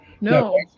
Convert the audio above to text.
No